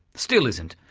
still isn't.